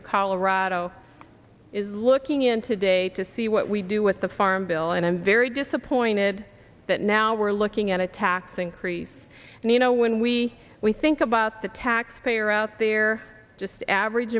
of colorado is looking in today to see what we do with the farm bill and i'm very disappointed that now we're looking at a tax increase and you know when we we think about the taxpayer out there just average